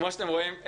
כמו שאתם רואים,